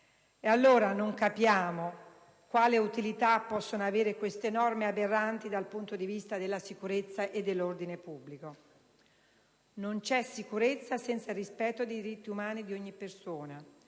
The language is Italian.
allora quale utilità possano avere queste norme aberranti dal punto di vista della sicurezza e dell'ordine pubblico. «Non c'è sicurezza senza il rispetto dei diritti umani di ogni persona»: